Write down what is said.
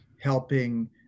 helping